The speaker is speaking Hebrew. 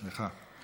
סליחה.